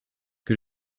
que